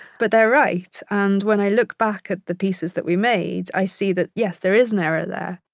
but they're right, and when i look back at the pieces that we made, i see that yes, there is an era there.